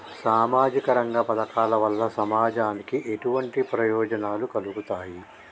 సామాజిక రంగ పథకాల వల్ల సమాజానికి ఎటువంటి ప్రయోజనాలు కలుగుతాయి?